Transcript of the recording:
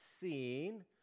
seen